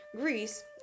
Greece